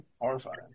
Horrifying